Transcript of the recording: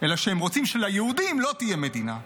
אלא שהם רוצים שליהודים לא תהיה מדינה.